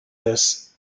this